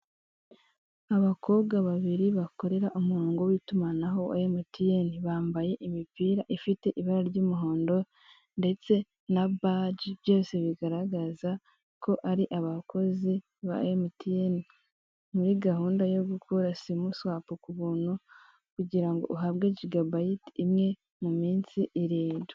Abakobwa babiri bakorera umurongo w'itumanaho Emutiyeni. Bambaye imipira ifite ibara ry'umuhondo ndetse na baji, byose bigaragaza ko ari abakozi ba Emutiyeni, muri gahunda yo gukora simu swapu ku buntu, kugira ngo uhabwe jigabayiti imwe mu minsi irindwi.